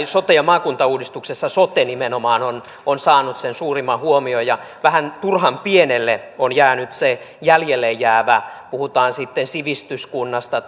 sote ja maakuntauudistuksessa sote nimenomaan on on saanut sen suurimman huomion ja vähän turhan pienelle on jäänyt se jäljelle jäävä puhutaan sitten sivistyskunnasta